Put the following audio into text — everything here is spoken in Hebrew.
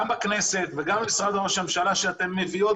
גם בכנסת וגם במשרד ראש הממשלה כשאתן מביאות